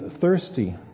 thirsty